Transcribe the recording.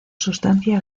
sustancia